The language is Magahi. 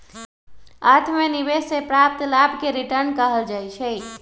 अर्थ में निवेश से प्राप्त लाभ के रिटर्न कहल जाइ छइ